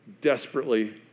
desperately